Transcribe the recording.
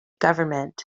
government